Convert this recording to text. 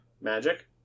Magic